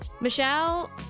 Michelle